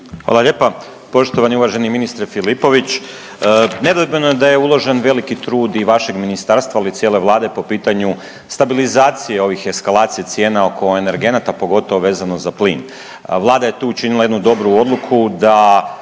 Hvala lijepa. Poštovani i uvaženi ministre Filipović. Nedvojbeno je da je uložen veliki trud i vašeg ministarstva, ali i cijele vlade po pitanju stabilizacije ovih eskalacije cijena oko energenata pogotovo vezano za plin. Vlada je tu učinila jednu dobru odluku da